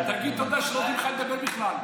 תגיד תודה שנותנים לך לדבר בכלל.